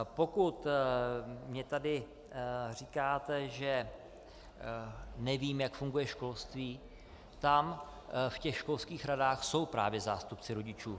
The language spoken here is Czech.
Pokud mně tady říkáte, že nevím, jak funguje školství, tam v těch školských radách jsou právě zástupci rodičů.